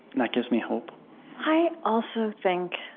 that gives me hope i also think